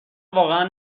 واقعا